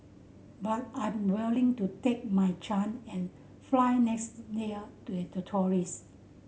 but I'm willing to take my chance and fly next year to as a tourist